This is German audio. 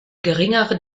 geringere